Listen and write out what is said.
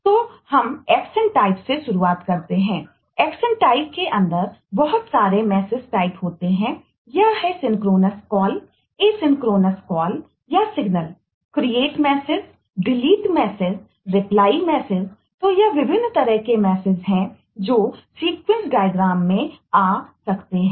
तो हम action type में आ सकते हैं